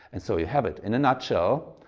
and so you have it in a nutshell